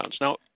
Now